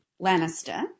Lannister